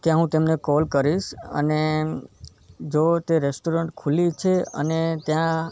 ત્યાં હું તેમને કૉલ કરીશ અને જો તે રૅસ્ટોરન્ટ ખુલ્લી છે અને ત્યાં